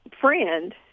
friend